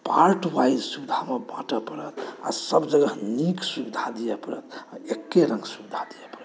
part wise सुविधामे बाँटऽ पड़त आ सभ जगह नीक सुविधा दिअ पड़त आ एके रङ्ग सुविधा दिअ पड़त